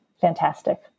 fantastic